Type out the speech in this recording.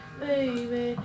baby